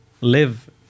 live